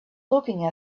looking